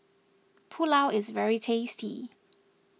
Pulao is very tasty